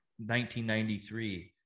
1993